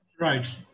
Right